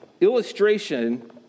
illustration